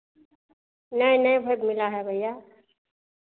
नहीं नहीं मिला है भैया